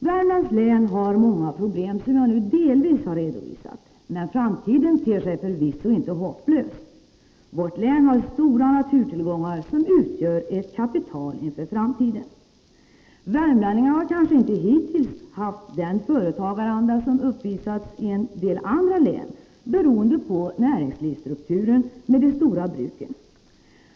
Värmlands län har många problem som jag nu delvis har redovisat, men framtiden ter sig förvisso inte hopplös. Vårt län har stora naturtillgångar, som utgör ett kapital inför framtiden. Värmlänningarna har kanske inte hittills haft den företagaranda som uppvisats i en del andra län, beroende på näringslivsstrukturen med de stora bruken.